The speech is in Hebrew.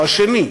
הוא השני.